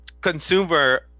consumer